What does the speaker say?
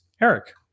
Eric